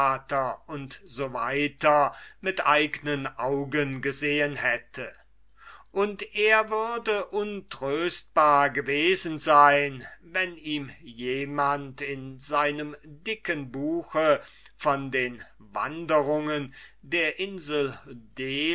u s w mit eignen augen gesehen hätte und er würde untröstbar gewesen sein wenn ihm jemand in seinem dicken buche von den wanderungen der insel